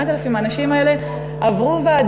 אני מעלילה על המדינה ש-8,000 האנשים האלה עברו ועדה,